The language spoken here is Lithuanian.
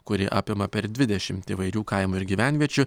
kuri apima per dvidešimt įvairių kaimų ir gyvenviečių